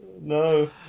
No